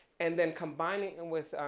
and then combining in with ah,